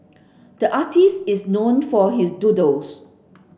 the artist is known for his doodles